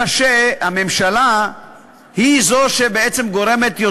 אלא שהממשלה היא שגורמת,